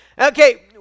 okay